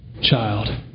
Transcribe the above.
child